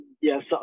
Yes